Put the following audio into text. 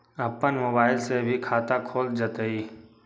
अपन मोबाइल से भी खाता खोल जताईं?